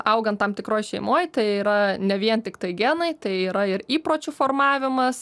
augant tam tikroj šeimoj tai yra ne vien tiktai genai tai yra ir įpročių formavimas